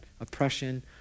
oppression